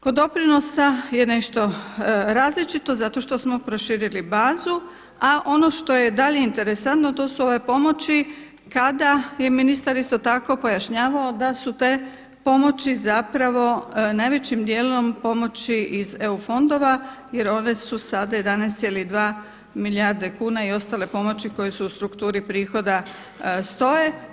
Kod doprinosa je nešto različito zato što smo proširili bazu, a ono što je dalje interesantno to su ove pomoći kada je ministar isto tako pojašnjavao da su te pomoći zapravo najvećim dijelom pomoći iz EU fondova jer su one su sada 11,2 milijarde kuna i ostale pomoći koje u strukturi prihoda stoje.